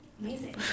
Amazing